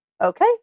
okay